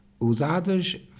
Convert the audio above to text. Usadas